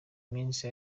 minsi